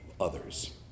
others